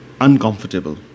uncomfortable